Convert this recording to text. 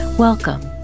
Welcome